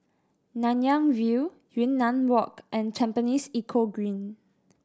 Nanyang View Yunnan Walk and Tampines Eco Green